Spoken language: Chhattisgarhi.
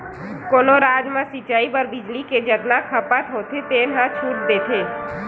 कोनो राज म सिचई बर बिजली के जतना खपत होथे तेन म छूट देथे